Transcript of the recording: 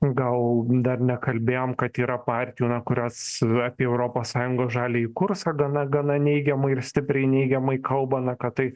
gal dar nekalbėjom kad yra partijų na kurios apie europos sąjungos žaliąjį kursą gana gana neigiamai ir stipriai neigiamai kalba na kad tai